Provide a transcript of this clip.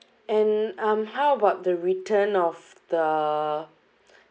and um how about the return of the